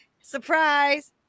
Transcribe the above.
surprise